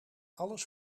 alles